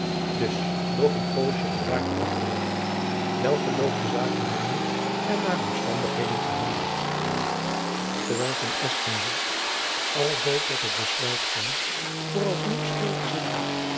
dus nog een poosjen bedaard afgewacht welken loop de zaken nemen en naar omstandigheden gehandeld terwijl van espenblad alzoo tot het besluit kwam voor als nog stil te zitten